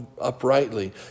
uprightly